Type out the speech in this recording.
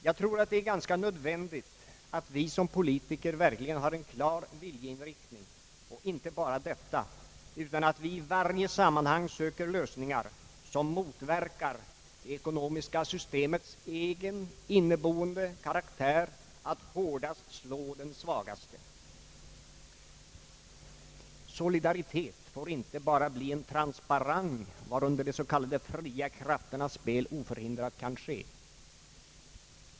Jag tror att det är ganska nödvändigt att vi som politiker verkligen har en klar viljeinriktning, och inte bara detta, utan att vi i varje sammanhang söker lösningar som motverkar det ekonomiska systemets egen inneboende karaktär att hårdast slå den svagaste. Solidaritet får inte bara bli en transparang, varunder de s.k. fria krafternas spel oförhindrat kan ske.